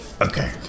Okay